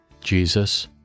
Jesus